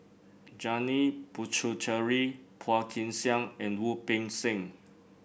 Janil Puthucheary Phua Kin Siang and Wu Peng Seng